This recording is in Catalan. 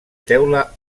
teula